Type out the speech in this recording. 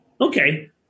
Okay